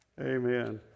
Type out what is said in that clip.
Amen